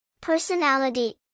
Personality